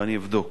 ואני אבדוק.